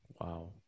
wow